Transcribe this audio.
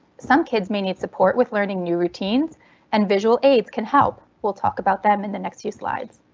some kids may need support with learning new routines and visual aids can help. we'll talk about them in the next few slides.